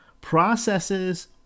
Processes